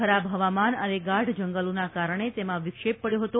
ખરાબ હવામાન અને ગાઢ જંગલોના કારણે તેમાં વિક્ષેપ પડથો હતો